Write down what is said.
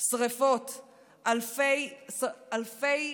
שרפות, אלפי